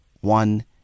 one